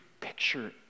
picture